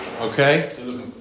Okay